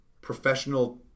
Professional